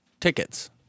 Tickets